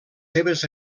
seves